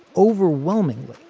overwhelmingly,